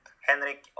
Henrik